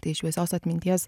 tai šviesios atminties